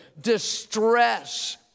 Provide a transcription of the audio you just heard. distress